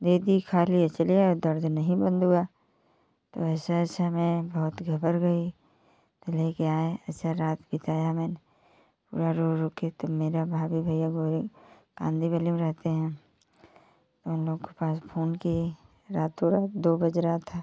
दे दी खालिए चले आए दर्द नहीं बंद हुआ तो ऐसे ऐसे मैं बहुत घबरा गई तो लेके आए ऐसा रात बिताया मैंने पूरा रो रो के एकदम मेरा भाभी भईया बोली कानदेवली में रहते हैं उन लोग के पास फोन किए रातों रात दो बज रहा था